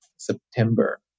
september